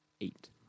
Eight